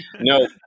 No